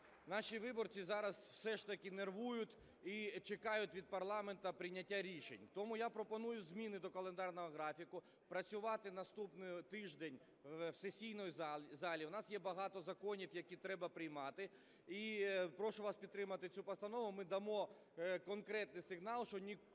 наші виборці зараз все ж таки нервують і чекають від парламенту прийняття рішень. Тому я пропоную зміни до календарного графіку. Працювати наступний тиждень в сесійній залі, у нас є багато законів, які треба приймати. І прошу вас підтримати цю постанову. Ми дамо конкретний сигнал, що ніхто